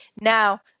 Now